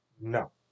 No